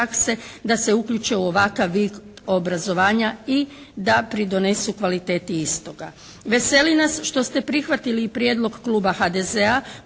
da se uključe u ovakav vid obrazovanja i da pridonesu kvaliteti istoga. Veseli nas što ste prihvatili i prijedlog kluba HDZ-a